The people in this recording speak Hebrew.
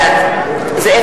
בעד זאב